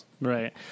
Right